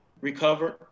recovered